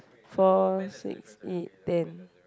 four six eight ten